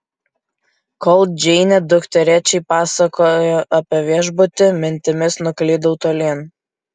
kol džeinė dukterėčiai pasakojo apie viešbutį mintimis nuklydau tolyn